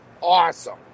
awesome